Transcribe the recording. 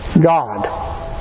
God